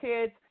kids